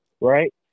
right